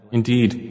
Indeed